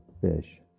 fish